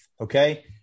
Okay